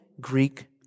Greek